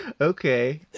Okay